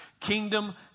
Kingdom